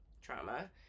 trauma